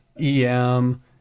EM